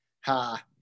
Ha